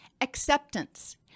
acceptance